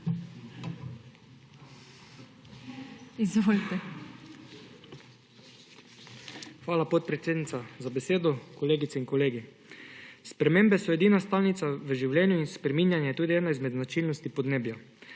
LMŠ):** Hvala, podpredsednica, za besedo. Kolegice in kolegi! Spremembe so edina stalnica v življenju in spreminjanje je tudi ena od značilnosti podnebja.